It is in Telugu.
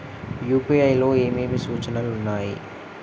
యూ.పీ.ఐ లో ఏమేమి సూచనలు ఉన్నాయి?